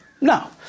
No